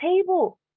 table